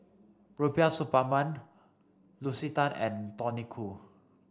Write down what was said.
Rubiah Suparman Lucy Tan and Tony Khoo